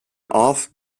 off